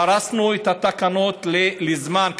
פרסנו את התקנות בזמן,